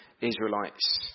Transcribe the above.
Israelites